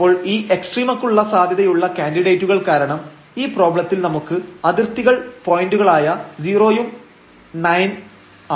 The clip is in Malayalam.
അപ്പോൾ ഈ എക്സ്ട്രീമക്കുള്ള സാധ്യതയുള്ള കാൻഡിഡേറ്റുകൾ കാരണം ഈ പ്രോബ്ലത്തിൽ നമുക്ക് അതിർത്തികൾ പോയന്റുകളായ 0 യും 9 തുമാണ്